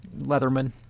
Leatherman